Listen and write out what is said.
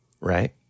Right